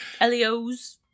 Elios